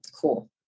cool